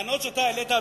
הטענות שאתה העלית,